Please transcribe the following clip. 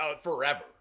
forever